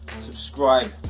subscribe